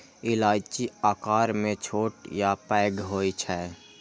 इलायची आकार मे छोट आ पैघ होइ छै